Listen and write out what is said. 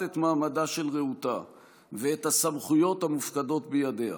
את מעמדה של רעותה ואת הסמכויות המופקדות בידיה.